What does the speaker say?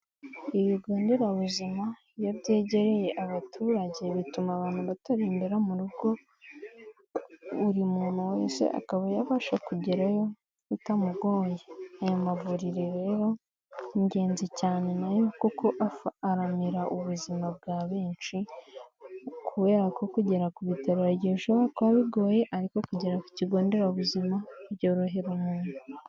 Ibigo nderabuzima iyo byegereye abaturage bituma abantu bata imbere mu rugo, buri muntu wese akaba yabasha kugerayo bitamugoye, aya mavuriro rero ni ingenzi cyane nayo kuko aramira ubuzima bwa benshi kubera ko kugera ku bitaro bishobora kuba bigoye ariko kugera ku kigo nderabuzima byorohera umuntu.